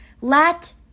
Let